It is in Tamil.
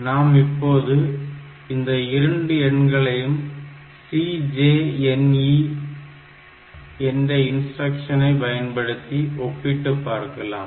நாம் இப்போது இந்த இரண்டு எண்களையும் CJNE என்ற இன்ஸ்டிரக்ஷன் ஐ பயன்படுத்தி ஒப்பிட்டுப் பார்க்கலாம்